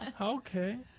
Okay